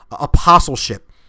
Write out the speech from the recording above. apostleship